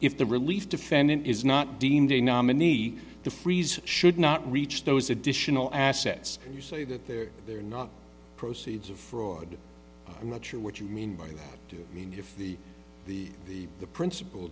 if the relief defendant is not deemed a nominee the freeze should not reach those additional assets and you say that they're not proceeds of fraud i'm not sure what you mean by that i mean if the the the the principal